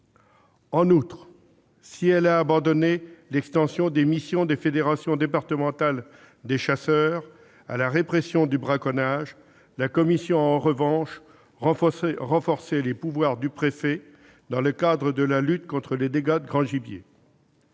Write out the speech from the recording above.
En outre, si elle a abandonné l'extension des missions des fédérations départementales des chasseurs à la répression du braconnage, la commission a en revanche renforcé les pouvoirs du préfet dans le cadre de la lutte contre les dégâts de grand gibier.